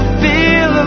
feel